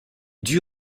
dut